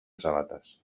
sabates